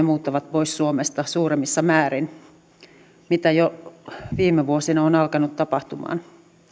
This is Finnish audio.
muuttavat pois suomesta suuremmissa määrin mitä jo viime vuosina on alkanut tapahtumaan